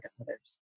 others